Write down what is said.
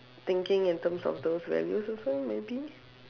thinking in terms of those values also maybe